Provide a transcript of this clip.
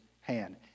hand